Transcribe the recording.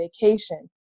vacation